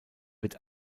wird